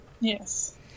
Yes